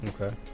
Okay